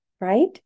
right